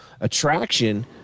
attraction